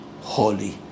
holy